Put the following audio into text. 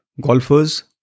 Golfers